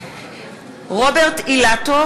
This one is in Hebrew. (קוראת בשמות חברי הכנסת) רוברט אילטוב,